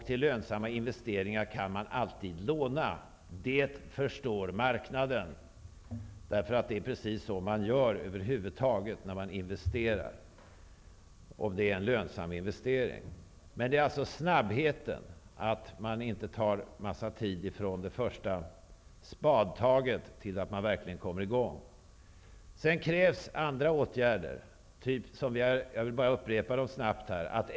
Till lönsamma investeringar kan man alltid låna. Det förstår marknaden, därför att det är precis så man gör över huvud taget när man investerar, om det nu är en lönsam investering. Men det krävs snabbhet så att det inte tar lång tid från det första spadtaget till det att man verkligen kommer i gång. Sedan krävs andra åtgärder också, som jag snabbt skall räkna upp här.